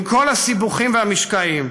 עם כל הסיבוכים והמשקעים,